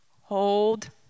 Hold